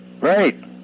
Right